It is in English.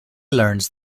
learns